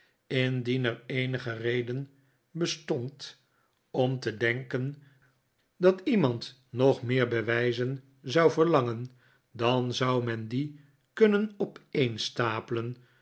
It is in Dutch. er eenige reden bestond om te denken dat iemand nog meer bewijzen zou verlangen dan zou men die kunnen opeenstapelen